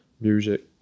music